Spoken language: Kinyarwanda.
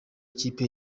ikipe